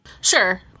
Sure